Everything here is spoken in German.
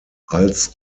als